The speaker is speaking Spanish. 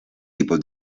tipos